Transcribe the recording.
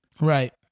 right